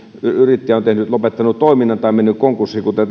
yrittäjä on lopettanut toiminnan tai mennyt konkurssiin kuten